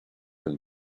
can